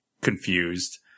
confused